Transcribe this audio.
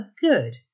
good